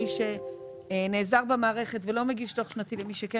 מי שנעזר במערכת ולא מגיש דו"ח שנתי,